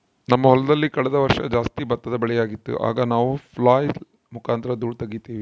ನಮ್ಮ ಹೊಲದಲ್ಲಿ ಕಳೆದ ವರ್ಷ ಜಾಸ್ತಿ ಭತ್ತದ ಬೆಳೆಯಾಗಿತ್ತು, ಆಗ ನಾವು ಫ್ಲ್ಯಾಯ್ಲ್ ಮುಖಾಂತರ ಧೂಳು ತಗೀತಿವಿ